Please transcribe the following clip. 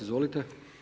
Izvolite.